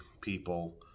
people